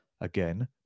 Again